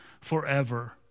forever